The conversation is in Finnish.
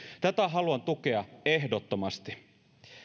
tätä haluan tukea ehdottomasti